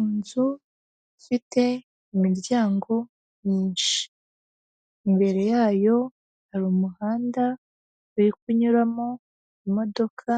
Inzu ifite imiryango myinshi. Imbere yayo hari umuhanda uri kunyuramo imodoka